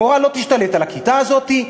המורה לא תשתלט על הכיתה הזאת,